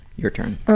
your turn.